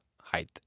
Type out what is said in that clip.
height